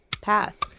Pass